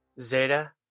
Zeta